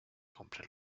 compre